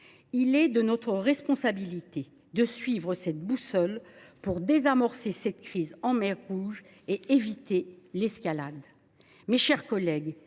Il est de notre responsabilité de suivre cette boussole pour désamorcer la crise en mer Rouge et éviter l’escalade. Mes chers collègues,